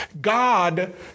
God